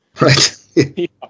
Right